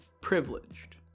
privileged